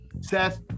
Seth